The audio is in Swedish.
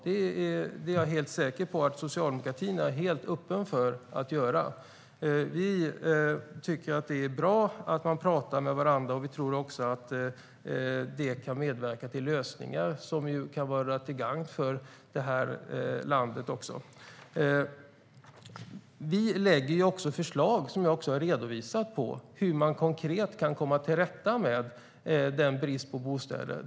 Det är jag säker på att socialdemokratin är helt öppen för att göra. Vi tycker att det är bra att man pratar med varandra. Vi tror att det kan medverka till lösningar som kan vara till gagn för det här landet. Vi lägger fram förslag, som jag har redovisat, på hur man konkret kan komma till rätta med bristen på bostäder.